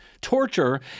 Torture